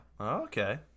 okay